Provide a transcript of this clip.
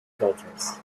filters